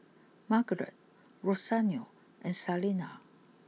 Margarett Rosario and Salena